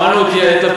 שמענו את לפיד,